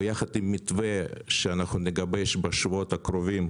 ויחד עם המתווה שנגבש בשבועות הקרובים